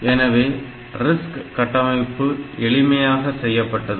எனவே RISC கட்டமைப்பு எளிமையாக செய்யப்பட்டது